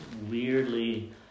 weirdly